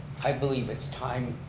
i believe it's time.